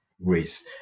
race